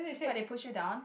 what they push you down